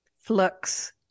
flux